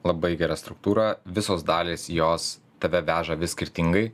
labai gera struktūra visos dalys jos tave veža vis skirtingai